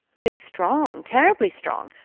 it is strong terribly strong.